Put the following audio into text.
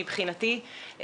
מבחינתי,